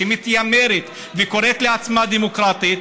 שמתיימרת וקוראת לעצמה דמוקרטית,